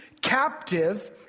captive